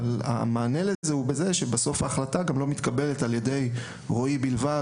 המענה לזה הוא בכך שבסוף ההחלטה לא מתקבלת על ידי רועי בלבד,